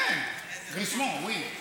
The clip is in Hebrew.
כן, וי.